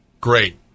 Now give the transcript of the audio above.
great